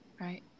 Right